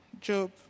Job